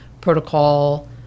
protocol